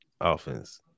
offense